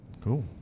Cool